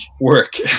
work